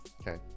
Okay